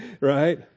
Right